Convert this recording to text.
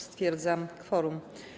Stwierdzam kworum.